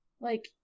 Like-